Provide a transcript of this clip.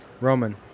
Roman